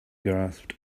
grasped